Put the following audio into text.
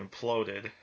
imploded